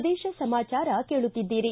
ಪ್ರದೇಶ ಸಮಾಚಾರ ಕೇಳುತ್ತಿದ್ದೀರಿ